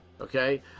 Okay